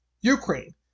Ukraine